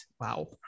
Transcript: Wow